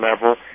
level